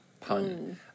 pun